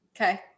Okay